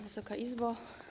Wysoka Izbo!